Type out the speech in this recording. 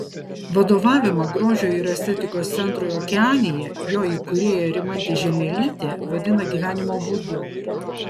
vadovavimą grožio ir estetikos centrui okeanija jo įkūrėja rimantė žiemelytė vadina gyvenimo būdu